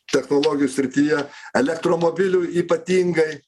technologijų srityje elektromobilių ypatingai